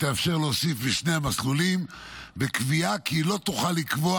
תאפשר להוסיף בשני המסלולים וקביעה כי היא לא תוכל לקבוע